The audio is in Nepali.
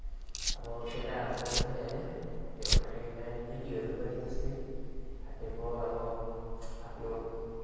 अब केटाहरूको चाहिँ होइन यो फाटेको पेन्ट केटीहरू पनि त्यस्तै फाटेको अब आफ्नो